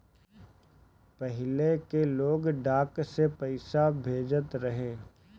पहिले के लोग डाक से पईसा भेजत रहे